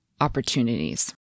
opportunities